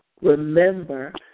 remember